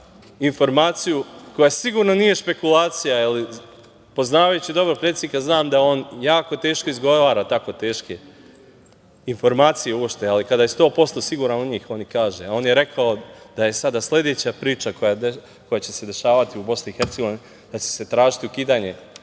informaciju koja sigurno nije špekulacija, jer poznavajući dobro predsednika znam da on jako teško izgovara tako teške informacije uopšte, ali kada je 100% siguran u njih on ih kaže, a on je rekao da je sada sledeća priča koja će se dešavati u BiH da će se tražiti ukidanje